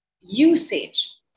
usage